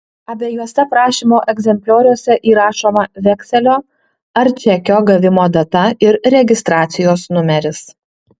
abiejuose prašymo egzemplioriuose įrašoma vekselio ar čekio gavimo data ir registracijos numeris